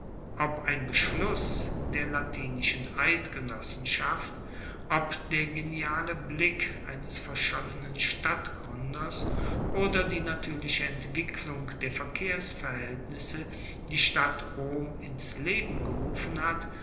ob ein beschluss der latinischen eidgenossenschaft ob der geniale blick eines verschollenen stadtgruenders oder die natuerliche entwicklung der verkehrsverhaeltnisse die stadt rom ins leben gerufen hat